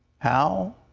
how?